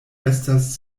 estas